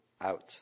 out